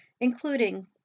including